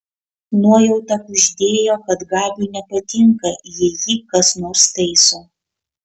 nuojauta kuždėjo kad gabiui nepatinka jei jį kas nors taiso